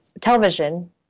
television